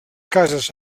cases